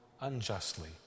unjustly